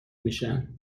میشم